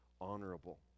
honorable